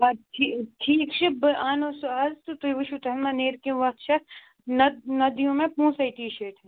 آ ٹھیٖک چھُ بہٕ اَنو سُہ اَز تہٕ تُہۍ وٕچھِو تَمہِ ما نیرِ کیٚنٛہہ وَتھ شَتھ نَتہٕ نہ دِیِو مےٚ پونٛسَے ٹی شٲرٹہِ ہنٛدۍ